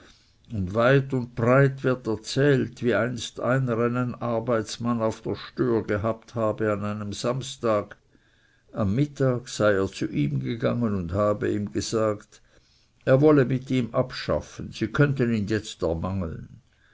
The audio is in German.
und weit und breit wird erzählt wie einst einer einen arbeitsmann auf der stör gehabt habe an einem samstag der am abend mit aller arbeit fertig geworden wäre am mittag sei er zu ihm gegangen und habe ihm gesagt er wolle mit ihm abschaffen sie könnten ihn jetzt entmangeln